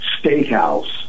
Steakhouse